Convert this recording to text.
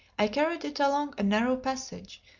i carried it along a narrow passage,